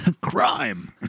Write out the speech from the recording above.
Crime